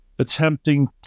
attempting